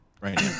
right